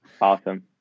Awesome